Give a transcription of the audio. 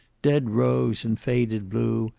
dead rose, and faded blue,